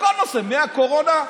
בכל נושא, מהקורונה,